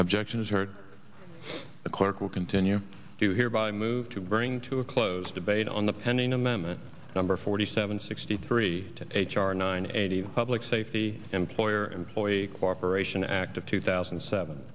objection is heard the clerk will continue to hear by move to bring to a close debate on the pending amendment number forty seven sixty three to h r nine eighty the public safety employer employee cooperation act of two thousand and seven